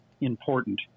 important